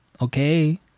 okay